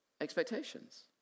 expectations